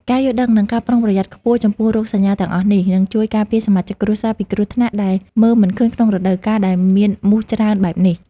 ការយល់ដឹង និងការប្រុងប្រយ័ត្នខ្ពស់ចំពោះរោគសញ្ញាទាំងអស់នេះ នឹងជួយការពារសមាជិកគ្រួសារពីគ្រោះថ្នាក់ដែលមើលមិនឃើញក្នុងរដូវកាលដែលមានមូសច្រើនបែបនេះ។